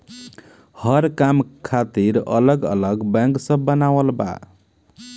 हर काम खातिर अलग अलग बैंक सब बनावल बा